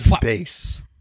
base